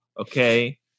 Okay